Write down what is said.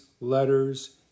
letters